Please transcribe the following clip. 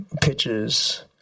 pictures